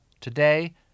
Today